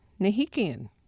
Nahikian